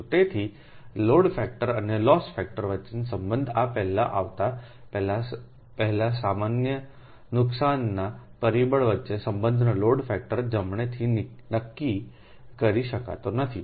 તેથી load factor અને loss factor વચ્ચેનો સંબંધ આ પહેલાં આવતા પહેલા સામાન્ય નુકસાનના પરિબળ વચ્ચેના સંબંધને લોડ ફેક્ટર જમણેથી નક્કી કરી શકાતો નથી